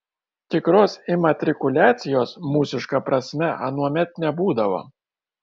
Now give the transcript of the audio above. tikros imatrikuliacijos mūsiška prasme anuomet nebūdavo